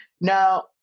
Now